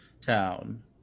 town